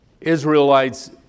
Israelites